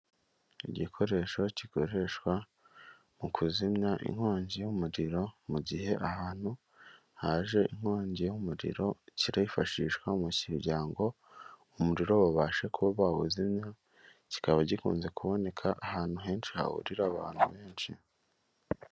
Igikoresho gikoreshwa mu kuzimya inkongi y'umuriro mu gihe ahantu haje inkongi y'umuriro, kirifashishwa mu kugira ngo umuriro babashe kuba bawuzimya, kikaba gikunze kuboneka ahantu henshi hahurira abantu benshi.